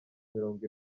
mirongo